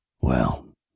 Well